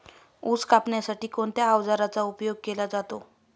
ऊस कापण्यासाठी कोणत्या अवजारांचा उपयोग केला जातो?